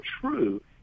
true